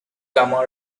gamma